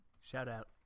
Shout-out